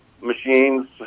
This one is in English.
machines